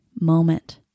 moment